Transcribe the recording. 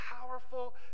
powerful